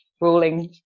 ruling